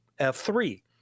F3